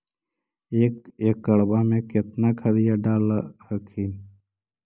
एक एकड़बा मे कितना खदिया डाल हखिन?